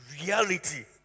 Reality